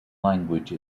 language